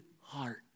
heart